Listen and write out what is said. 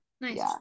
Nice